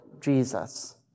Jesus